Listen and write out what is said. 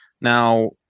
Now